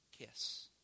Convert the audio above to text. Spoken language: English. kiss